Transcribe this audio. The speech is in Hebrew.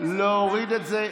להוריד את זה.